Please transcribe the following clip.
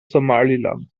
somaliland